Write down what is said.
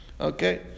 Okay